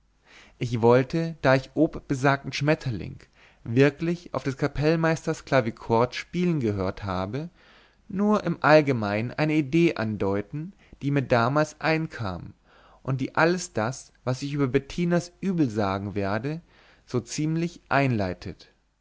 ich wollte da ich obbesagten schmetterling wirklich auf des kapellmeisters klavichord spielen gehört habe nur im allgemeinen eine idee andeuten die mir damals einkam und die alles das was ich über bettinas übel sagen werde so ziemlich einleitet